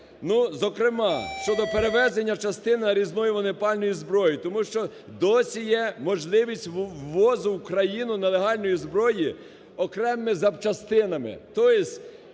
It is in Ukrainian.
Зокрема, щодо перевезення, частина різної вогнепальної зброї, тому що досі є можливість ввозу в країну нелегальної зброї окремими запчастинами.